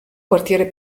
quartiere